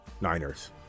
Niners